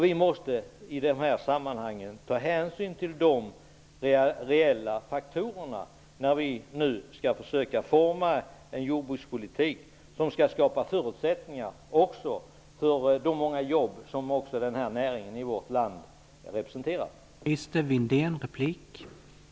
Vi måste ta hänsyn till dessa reella faktorer när vi nu skall försöka forma en jordbrukspolitik som skall skapa förutsättningar för de många jobb som näringen representerar i vårt land.